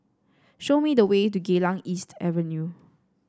show me the way to Geylang East Avenue